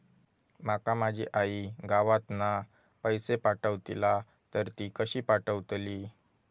माका माझी आई गावातना पैसे पाठवतीला तर ती कशी पाठवतली?